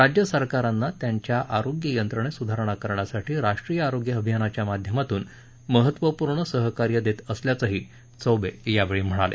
राज्य सरकाराना त्यांच्या आरोग्य यंत्रणेत सुधारणा करण्यासाठी राष्ट्रीय आरोग्य अभियानाच्या माध्यमातून महत्वपूर्ण सहकार्य देत असल्याचंही चौबे यांनी सांगितलं